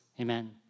Amen